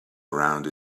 around